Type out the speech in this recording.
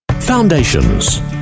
Foundations